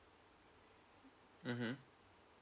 mmhmm